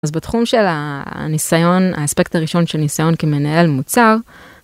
אז בתחום של הניסיון האספקט הראשון של ניסיון כמנהל מוצר.